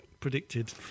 Predicted